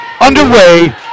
underway